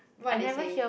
what they say